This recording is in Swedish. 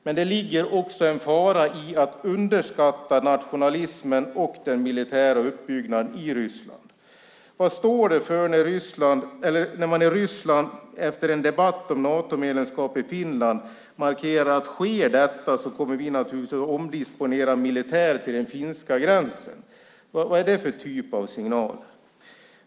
Men det ligger också en fara i att underskatta nationalismen och den militära uppbyggnaden i Ryssland. Vad står det för när man i Ryssland, efter en debatt om Natomedlemskap i Finland, markerade att om detta sker kommer man naturligtvis att omdisponera militär till den finska gränsen? Vad är det för typ av signaler?